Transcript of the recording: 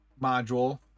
module